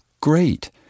great